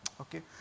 Okay